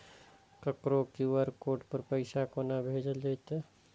ककरो QR code पर पैसा कोना भेजल जेतै?